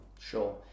Sure